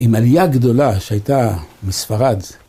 עם עלייה גדולה שהייתה מספרד.